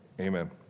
Amen